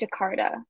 Jakarta